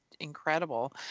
incredible